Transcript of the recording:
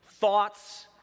thoughts